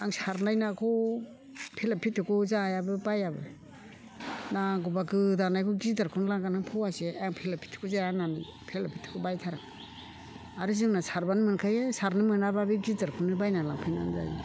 आं सारनाय नाखौ फेरलेब फेरथेबखौ जायाबो बायाबो नांगौब्ला गोदानायखौ गिदिरखौनो लागोन आं फवासे आं फेरलेब फेरथेबखौ जाया होननानै फेरलेब फेरथेबखौ बायथारा आरो जोंना सारब्लानो मोनखायो सारनो मोनाब्ला बे गिदिरखौनो बायनानै लांफैनानै जायो